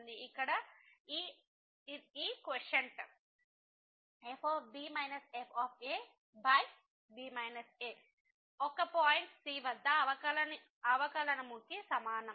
ఇక్కడ ఈ quotient f b f ab a ఒక పాయింట్ c వద్ద అవకలనముకి సమానం